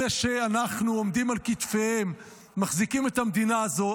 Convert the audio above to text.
אלה שאנחנו עומדים על כתפיהם והם מחזיקים את המדינה הזו,